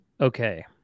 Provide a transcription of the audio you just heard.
okay